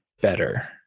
better